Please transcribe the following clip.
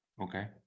okay